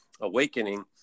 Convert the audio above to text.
awakening